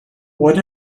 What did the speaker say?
what